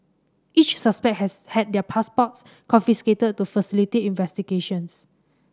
each suspect has had their passports confiscated to facilitate investigations